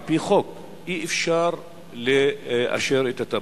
על-פי חוק אי-אפשר לאשר את התב"ע.